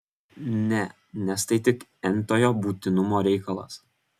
ne nes tai tik n tojo būtinumo reikalas